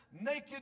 Naked